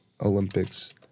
Olympics